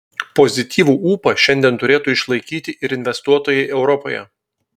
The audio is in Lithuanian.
pozityvų ūpą šiandien turėtų išlaikyti ir investuotojai europoje